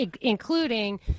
including